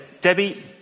Debbie